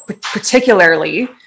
particularly